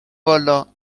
والا